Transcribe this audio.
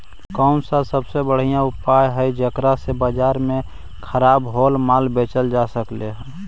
कौन सा सबसे बढ़िया उपाय हई जेकरा से बाजार में खराब होअल माल बेचल जा सक हई?